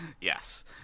yes